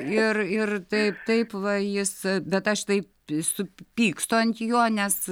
ir ir taip taip va jis bet aš taip supykstu ant jo nes